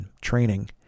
training